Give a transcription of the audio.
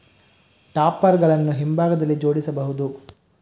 topper ಗಳನ್ನು ಹಿಂಭಾಗದಲ್ಲಿ ಜೋಡಿಸಬಹುದು